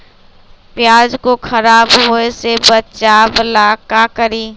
प्याज को खराब होय से बचाव ला का करी?